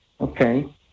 Okay